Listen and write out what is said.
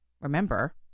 remember